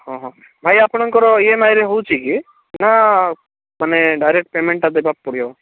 ହଁ ହଁ ଭାଇ ଆପଣଙ୍କର ଇଏମଆଇରେ ହେଉଛି କି ନା ମାନେ ଡାଇରେକ୍ଟ ପେମେଣ୍ଟଟା ଦେବାକୁ ପଡ଼ିବ